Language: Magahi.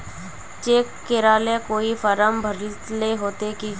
चेक करेला कोई फारम भरेले होते की?